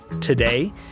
today